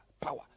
power